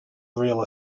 real